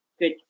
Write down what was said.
good